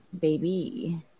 baby